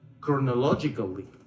chronologically